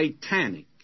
satanic